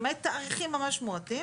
למעט תאריכים מועטים.